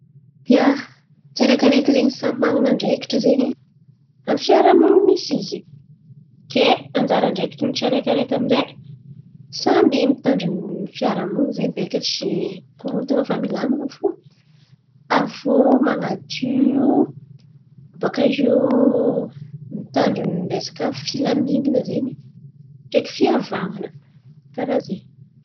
Ia, tsiaraikiaraiky zen̈y samy man̈ana andraikitry zen̈y amy fiaraha-monin̈y misy izy. Ke anjara andraikitrin'ny tsiaraikiaraiky amy zay, samby mitandrin̈y fiaraha-monin̈y zen̈y bèka tsy mikorontan̈a fa milamin̈y fo. Aviô man̈adio bòka iô mitandrin̈y resaka filaminan̈a zen̈y ndreky fihavan̈ana. Karà zen̈y.